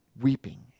weeping